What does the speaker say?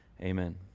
amen